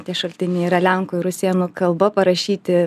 tie šaltiniai yra lenkų ir rusėnų kalba parašyti